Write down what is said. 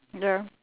ya